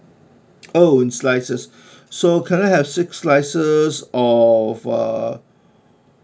oh in slices so can I have six slices of uh